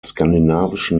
skandinavischen